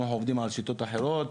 היום אנחנו עובדים בשיטות אחרות,